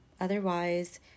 Otherwise